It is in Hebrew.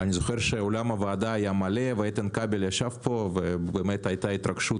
אני זוכר שאולם הוועדה היה מלא ואיתן כבל ישב פה והיתה התרגשות